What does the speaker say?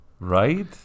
Right